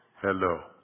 Hello